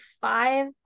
five